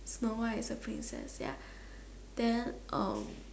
Snow-White is a princess ya then um